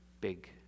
big